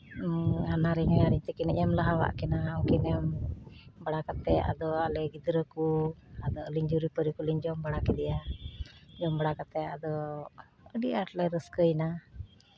ᱦᱟᱱᱦᱟᱨᱤᱧ ᱦᱚᱧᱦᱟᱨᱤᱧ ᱛᱟᱹᱠᱤᱱ ᱤᱧ ᱮᱢ ᱞᱟᱦᱟ ᱟᱫ ᱠᱤᱱᱟ ᱩᱱᱠᱤᱱ ᱮᱢ ᱵᱟᱲᱟ ᱠᱟᱛᱮ ᱟᱫᱚ ᱟᱞᱮ ᱜᱤᱫᱽᱨᱟᱹ ᱠᱚ ᱟᱹᱞᱤᱧ ᱡᱩᱨᱤᱼᱯᱟᱹᱨᱤ ᱠᱚᱞᱤᱧ ᱡᱚᱢ ᱵᱟᱲᱟ ᱠᱮᱫᱮᱭᱟ ᱡᱚᱢ ᱵᱟᱲᱟ ᱠᱟᱛᱮ ᱟᱫᱚ ᱟᱹᱰᱤ ᱟᱸᱴᱞᱮ ᱨᱟᱹᱥᱠᱟᱹᱭᱮᱱᱟ